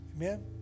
Amen